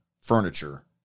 furniture